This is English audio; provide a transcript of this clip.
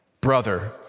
brother